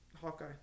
hawkeye